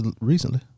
recently